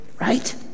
right